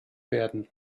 werden